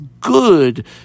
good